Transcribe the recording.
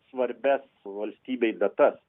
svarbias valstybei datas